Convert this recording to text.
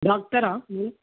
డాక్టరా మీరు